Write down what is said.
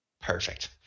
Perfect